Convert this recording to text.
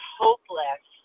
hopeless